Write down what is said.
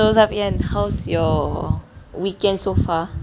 so safian how's your weekend so far